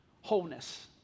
wholeness